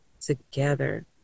together